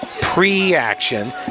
pre-action